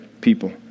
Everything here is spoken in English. people